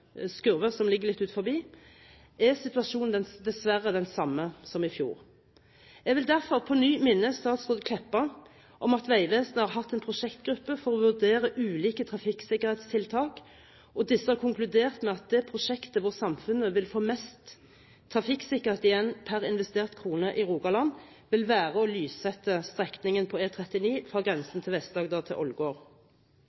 Skurve, som ligger litt utenfor, er situasjonen dessverre den samme som i fjor. Jeg vil derfor på ny minne statsråd Kleppa om at Vegvesenet har hatt en prosjektgruppe for å vurdere ulike trafikksikkerhetstiltak, og den har konkludert med at det prosjektet som samfunnet vil få mest trafikksikkerhet igjen for per investert krone i Rogaland, vil være lyssetting av strekningen på E39 fra